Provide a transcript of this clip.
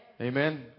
Amen